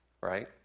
right